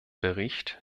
bericht